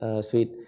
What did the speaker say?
sweet